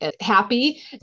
happy